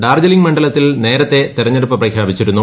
ഡാർജലിംഗ് മണ്ഡലത്തിൽ നേരത്തേ തെരഞ്ഞെടുപ്പ് പ്രഖ്യാപിച്ചിരുന്നു